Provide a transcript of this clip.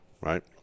Right